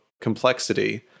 complexity